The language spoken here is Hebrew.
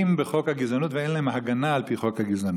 בחוק הגזענות ואין להם הגנה על פי חוק הגזענות.